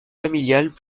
familiale